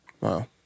Wow